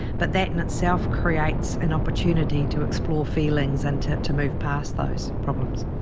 but that in itself creates an opportunity to explore feelings and to to move past those problems.